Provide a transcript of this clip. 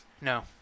No